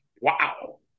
wow